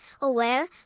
aware